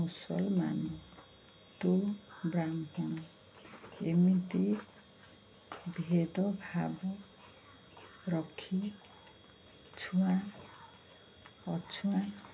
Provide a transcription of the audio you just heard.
ମୁସଲମାନ ତୁ ବ୍ରାହ୍ମିଣ ଏମିତି ଭେଦ ଭାବ ରଖି ଛୁଆଁ ଅଛୁଆଁ